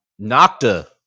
Nocta